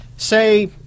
Say